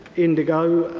indigo go.